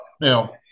Now